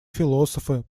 философы